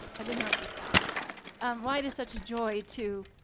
i didn't write this down um why it is such a joy to